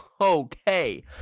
Okay